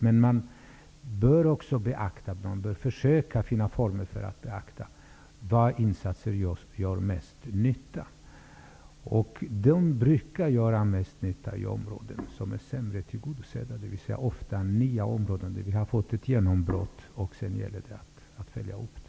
Man bör också försöka beakta var insatserna gör mest nytta. De brukar göra mest nytta inom områden som är sämre tillgodosedda, dvs. ofta nya områden där vi har fått ett genombrott. Sedan gäller det att följa upp det.